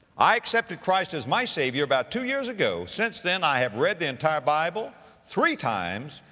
i accepted christ as my savior about two years ago. since then i have read the entire bible three times,